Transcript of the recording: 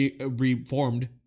reformed